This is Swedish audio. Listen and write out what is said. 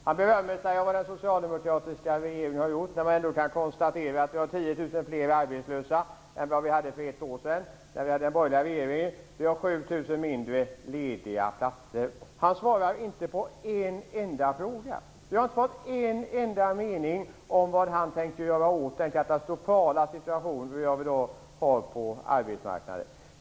Han berömmer det som den socialdemokratiska regeringen har gjort, samtidigt som det kan konstateras att vi nu har 10 000 fler arbetslösa än vad vi hade för ett år sedan under den borgerliga regeringen och Arbetsmarknadsministern svarar inte på en enda fråga. Vi har fått en enda mening om vad han tänker göra åt den katastrofala situationen på arbetsmarknaden.